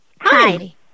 Hi